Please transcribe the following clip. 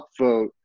upvote